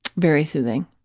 very soothing,